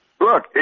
Look